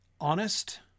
honest